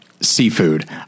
seafood